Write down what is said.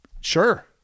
sure